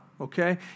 Okay